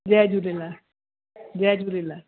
जय झूलेलाल जय झूलेलाल